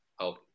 help